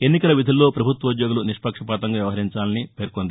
ఎన్నికల విధుల్లో ప్రభుత్వోద్యోగులు నిష్పక్షపాతంగా వ్యవహరించాలని పేర్కొంది